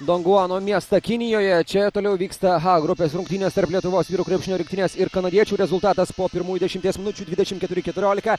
donguano miestą kinijoje čia toliau vyksta h grupės rungtynės tarp lietuvos vyrų krepšinio rinktinės ir kanadiečių rezultatas po pirmųjų dešimties minučių dvidešimt keturi keturiolika